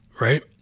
right